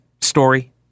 story